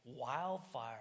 wildfire